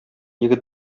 егет